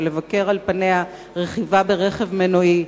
ולבכר על פניה רכיבה ברכב מנועי,